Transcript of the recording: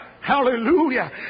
Hallelujah